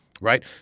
right